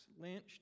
lynched